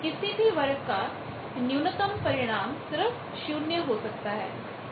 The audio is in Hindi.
किसी भी वर्ग का न्यूनतम परिणाम सिर्फ शून्य हो सकता है